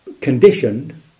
conditioned